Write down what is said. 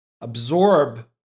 absorb